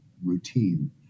routine